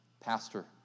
pastor